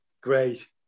Great